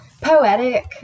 poetic